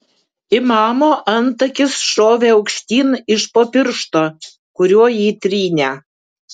imamo antakis šovė aukštyn iš po piršto kuriuo jį trynė